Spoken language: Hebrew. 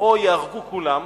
או ייהרגו כולם,